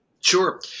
Sure